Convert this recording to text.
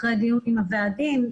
אחרי דיון עם הוועדים,